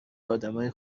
آدمای